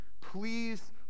Please